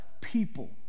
people